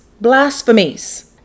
blasphemies